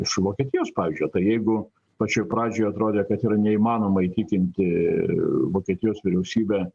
iš vokietijos pavyzdžio tai jeigu pačioj pradžioj atrodė kad yra neįmanoma įtikinti vokietijos vyriausybė